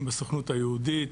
עם הסוכנות היהודית,